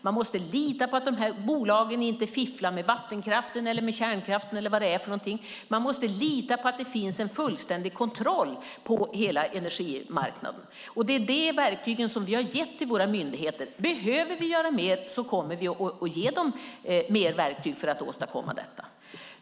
Man måste lita på att de här bolagen inte fifflar med vattenkraften, kärnkraften eller vad det är. Man måste lita på att det finns en fullständig kontroll på hela energimarknaden. Det är de verktygen som vi har gett våra myndigheter. Behöver vi göra mer kommer vi att ge dem mer verktyg för att åstadkomma detta.